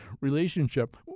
relationship